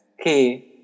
Okay